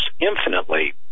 infinitely